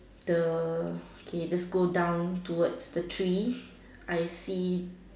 the okay let's go down towards the tree I see